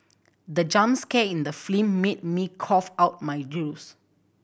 the jump scare in the film made me cough out my juice